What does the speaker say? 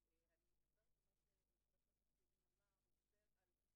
שלו או בתוך חודשיים לאחר מכן אז יש היפוך של הנטל